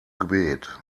gebet